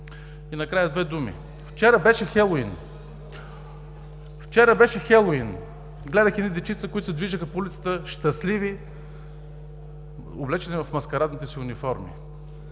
Накрая, с две думи, вчера беше Хелоуин. Вчера беше Хелоуин – гледах едни дечица, които се движеха по улицата щастливи, облечени в маскарадните си униформи.